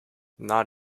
not